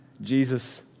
Jesus